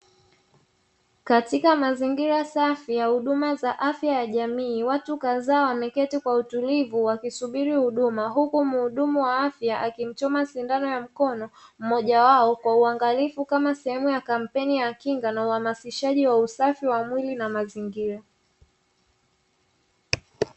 Katika mazingira safi ya huduma za afya ya jamii watu kadhaa wameketi kwa utulivu wakisubiri huduma, huku mhudumu wa afya akimchoma sindano ya mkono mmoja wao kwa uangalifu kama sehemu ya kampeni ya kinga na uhamasishaji wa usafi wa mwili na mazingira.